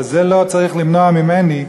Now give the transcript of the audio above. אבל זה לא צריך למנוע ממני,